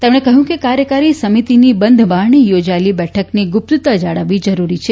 તેમણે કહ્યું કે કાર્યકારી સમિતિની બંધ બારણે યોજાયેલી બેઠકની ગુપ્તતા જાળવવી જરૂરી છે